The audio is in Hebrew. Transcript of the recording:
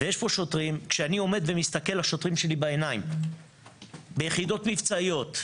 כשאני מסתכל לשוטרים שלי בעיניים ביחידות צבאיות,